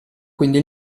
quindi